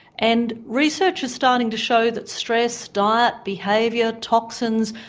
and research is starting to show that stress, diet, behaviour, toxins,